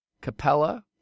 Capella